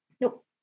Nope